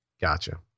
Gotcha